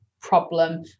problem